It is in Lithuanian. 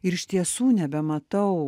ir iš tiesų nebematau